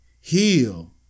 heal